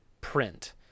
print